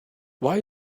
why